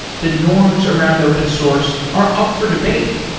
the norms around open source are up for debate.